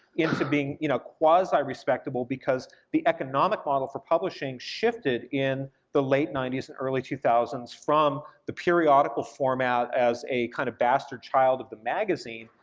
into being you know quasi-respectable because the economic model for publishing shifted in the late ninety s and early two thousand s from the periodical format as a kind of bastard child of the magazine,